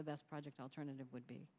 the best project alternative would be